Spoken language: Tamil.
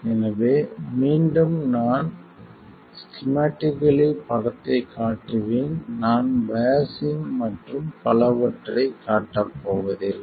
எனவே மீண்டும் நான் ஸ்கிம்மடிக்கள்ளி படத்தை காட்டுவேன் நான் பையாஸ்சிங் மற்றும் பலவற்றைக் காட்டப் போவதில்லை